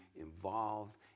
involved